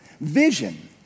Vision